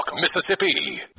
Mississippi